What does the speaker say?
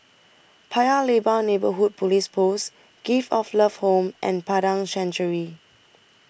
Paya Lebar Neighbourhood Police Post Gift of Love Home and Padang Chancery